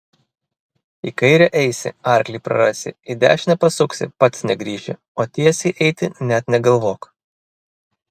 į kairę eisi arklį prarasi į dešinę pasuksi pats negrįši o tiesiai eiti net negalvok